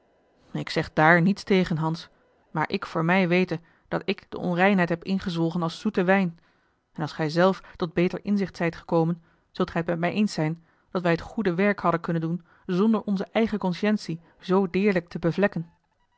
ik zeg dààr niets tegen hans maar ik voor mij wete dat ik de onreinheid heb ingezwolgen als zoeten wijn en als gij zelf tot beter inzicht zijt gekomen zult gij t met mij eens zijn dat wij het goede werk hadden kunnen doen zonder onze eigene consciëntie z deerlijk te bevlekken